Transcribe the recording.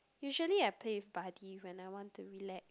usually I play with buddy when I want to relax